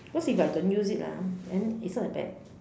cause if I don't use it ah then it's not that bad